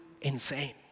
insane